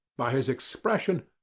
by his expression,